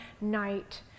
night